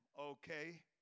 Okay